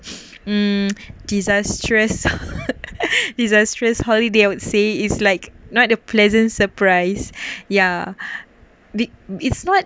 disastrous disastrous holiday I would say is like not a pleasant surprise ya the it's not